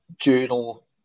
journal